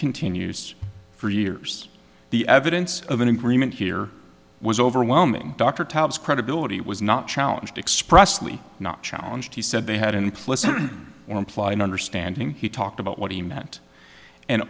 continues for years the evidence of an agreement here was overwhelming dr taubes credibility was not challenged expressly not challenge he said they had an implicit or implied understanding he talked about what he meant and